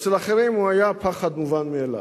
אצל אחרים הוא היה פחד מובן מאליו.